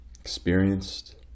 Experienced